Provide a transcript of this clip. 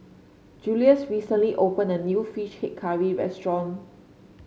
Julius recently opened a new fish head curry restaurant